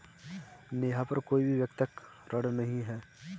नेहा पर कोई भी व्यक्तिक ऋण नहीं है